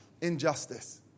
injustice